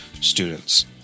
students